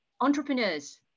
Entrepreneurs